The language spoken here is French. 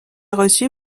reçu